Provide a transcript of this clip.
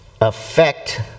affect